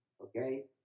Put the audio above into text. Okay